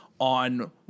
on